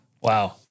Wow